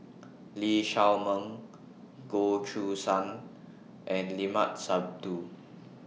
Lee Shao Meng Goh Choo San and Limat Sabtu